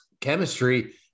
chemistry